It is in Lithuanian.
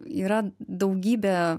yra daugybė